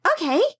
Okay